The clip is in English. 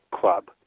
Club